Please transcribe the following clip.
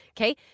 okay